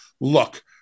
look